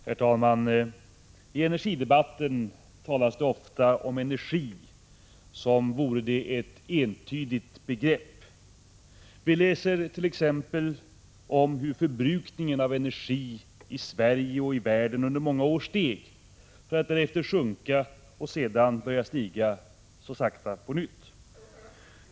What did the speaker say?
Herr talman! I energidebatten talas det ofta om energi som vore det ett entydigt begrepp. om hur förbrukningen av energi i Sverige och i världen under många år steg, för att därefter sjunka och sedan börja stiga så sakta på nytt.